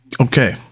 Okay